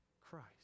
Christ